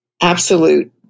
absolute